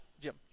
Jim